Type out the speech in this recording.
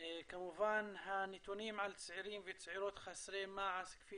כמובן הנתונים על צעירים וצעירות חסרי מעש כפי